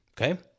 Okay